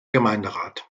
gemeinderat